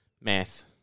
math